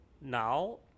now